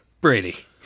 Brady